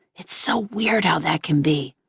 it's so weird how that can be,